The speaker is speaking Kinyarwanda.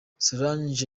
solange